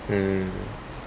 mm